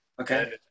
Okay